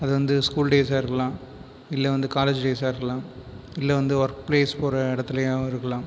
அது வந்து ஸ்கூல் டேஸ்ஸாக இருக்கலாம் இல்லை காலேஜ் டேஸ்ஸாக இருக்கலாம் இல்லை வந்து ஒர்க் பிளேஸ் போற இடத்துலேயாவும் இருக்கலாம்